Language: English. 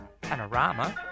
Panorama